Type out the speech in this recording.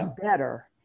better